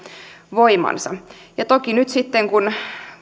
voimansa ja toki nyt sitten kun